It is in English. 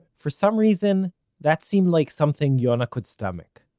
for some reason that seemed like something yonah could stomach.